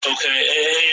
Okay